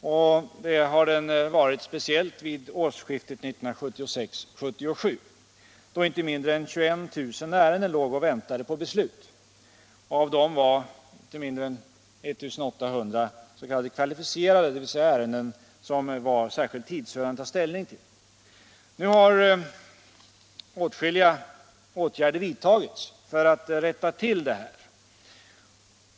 Särskilt illa var det vid årsskiftet 1976-1977, då inte mindre än 21 000 ärenden låg och väntade på beslut. Av dem var så mycket som 1 800 s.k. kvalificerade ärenden, dvs. sådana som är särskilt tidsödande att ta ställning till. Nu har åtskilliga åtgärder vidtagits för att rätta till de här förhållandena.